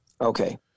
Okay